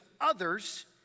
others